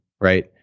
right